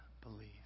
believe